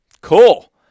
Cool